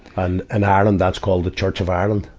and, and ireland that's called the church of ireland.